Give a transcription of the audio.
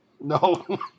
No